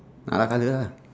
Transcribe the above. ah colour lah